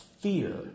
fear